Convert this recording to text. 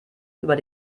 über